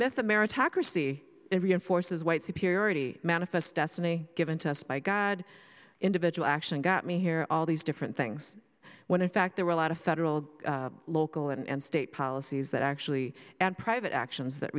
yth of meritocracy reinforces white superiority manifest destiny given to us by god individual action got me here all these different things when in fact there were a lot of federal local and state policies that actually and private actions that